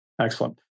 Excellent